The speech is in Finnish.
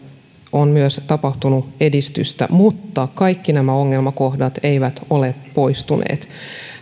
on tapahtunut myös edistystä mutta kaikki nämä ongelmakohdat eivät ole poistuneet